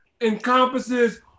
encompasses